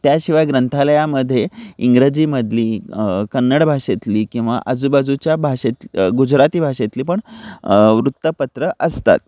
त्याशिवाय ग्रंथालयामध्ये इंग्रजीमधली कन्नड भाषेतली किंवा आजूबाजूच्या भाषेत गुजराती भाषेतली पण वृत्तपत्र असतात